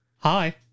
Hi